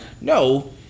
No